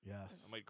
Yes